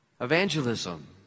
Evangelism